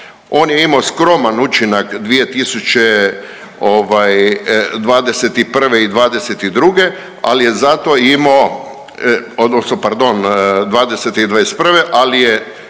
On je imao skroman učinak 2021. i '22., ali je zato imao odnosno pardon '20. i